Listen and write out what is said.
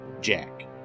Jack